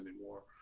anymore